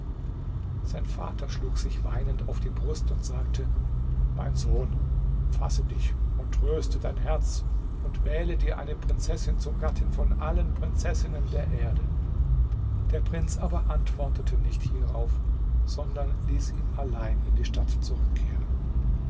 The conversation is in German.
sein vater schlug sich weinend auf die brust und sagte mein sohn fasse dich und tröste dein herz und wähle dir eine prinzessin zur gattin von allen prinzessinnen der erde der prinz aber antwortete nicht hierauf sondern ließ ihn allein in die stadt zurückkehren